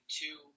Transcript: two